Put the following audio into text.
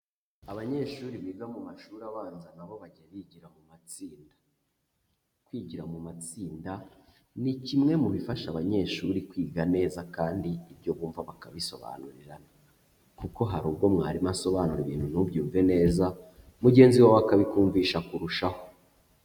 Abanyeshuri biga mu mashuri abanza nabo bajya bigira mu matsinda, kwigira mu matsinda ni kimwe mu bifasha abanyeshuri kwiga neza kandi ibyo bumva bakabisobanurira, kuko hari ubwo mwarimu asobanura ibintu ntubyumve neza, mugenzi wawe akabikumvisha kurushaho.